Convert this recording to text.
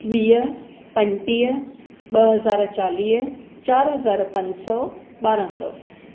वीह पंजटीह ॿ हज़ार चालीह चार हज़ार पंज सौ ॿारहां सौ